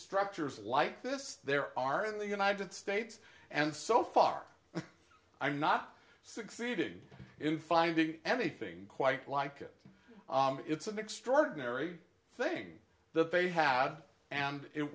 structures like this there are in the united states and so far i'm not succeeded in finding anything quite like it it's an extraordinary thing that they had and it